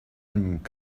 nous